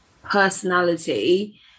personality